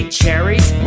cherries